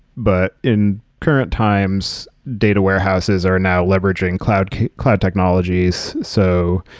but in current times, data warehouses are now leveraging cloud cloud technologies. so,